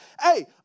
hey